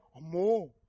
More